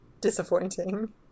Disappointing